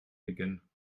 beginnen